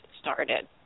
started